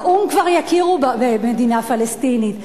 באו"ם כבר יכירו במדינה פלסטינית.